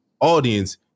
audience